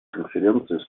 конференции